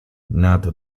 nato